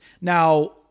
Now